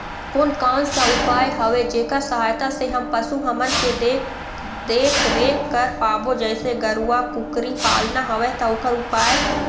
कोन कौन सा उपाय हवे जेकर सहायता से हम पशु हमन के देख देख रेख कर पाबो जैसे गरवा कुकरी पालना हवे ता ओकर उपाय?